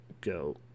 go